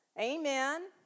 Amen